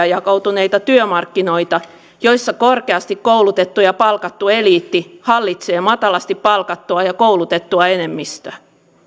jakautuneita työmarkkinoita joissa korkeasti koulutettu ja palkattu eliitti hallitsee matalasti palkattua ja koulutettua enemmistöä